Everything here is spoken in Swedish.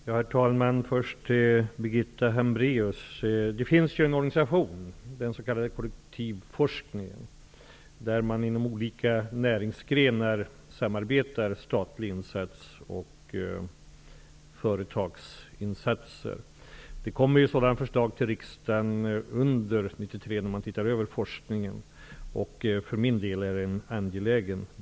Herr talman! Först vill jag för Birgitta Hambraeus nämna en organisation, den s.k. kollektivforskningen. Inom olika näringsgrenar har man ett samarbete mellan statlig insats och företagsinsatser. Sådana förslag kommer till riksdagen under 1993 när man skall se över forskningen. Jag anser att detta är angeläget.